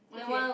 okay